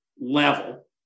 level